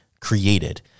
created